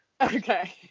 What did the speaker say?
okay